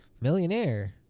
millionaire